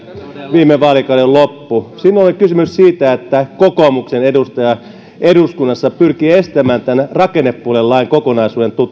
viime vaalikauden loppu silloin oli kysymys siitä että kokoomuksen edustaja eduskunnassa pyrki estämään tämän rakennepuolen lain kokonaisuuden